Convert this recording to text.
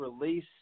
release